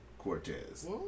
Cortez